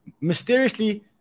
mysteriously